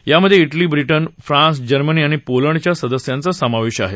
यामध्ये Italy Britain France Germany आणि पोलंडच्या सदस्यांचा समावेश आहे